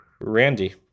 Randy